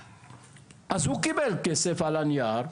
אז, הוא קיבל כסף על הנייר,